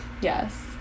Yes